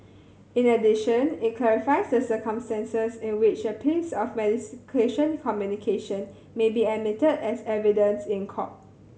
in addition it clarifies the circumstances in which a piece of mediation communication may be admitted as evidence in court